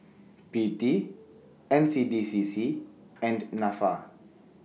P T N C D C C and Nafa